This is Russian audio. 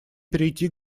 перейти